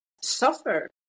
suffer